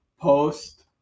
post